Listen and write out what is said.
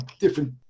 different